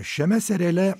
šiame seriale